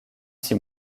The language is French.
six